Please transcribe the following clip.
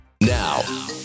Now